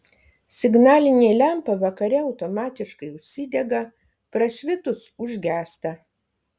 signalinė lempa vakare automatiškai užsidega prašvitus užgęsta